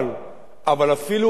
אבל אפילו אלה,